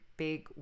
big